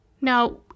Now